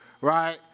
right